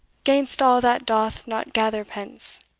gainst all that doth not gather pence.